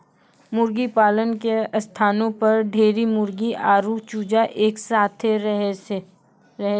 मुर्गीपालन के स्थानो पर ढेरी मुर्गी आरु चूजा एक साथै रहै छै